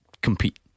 compete